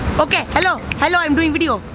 okay, hello. hello, i'm doing video.